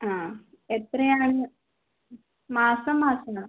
ആ എത്ര ആണ് മാസം മാസമാണോ